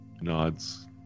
nods